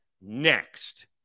next